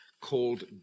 called